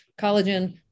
Collagen